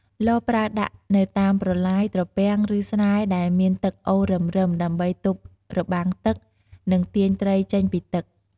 លបប្រើដាក់នៅតាមប្រឡាយ ត្រពាំង ឬស្រែដែលមានទឹកហូររឹមៗ ដើម្បីទប់របាំងទឹក និងទាញត្រីចេញពីទឹក។